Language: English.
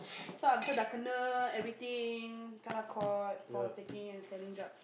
so after everything kenna caught for taking and selling drugs